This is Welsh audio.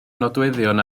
nodweddion